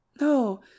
no